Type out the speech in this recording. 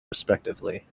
respectively